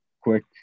quick